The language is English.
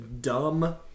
dumb